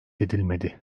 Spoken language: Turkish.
edilmedi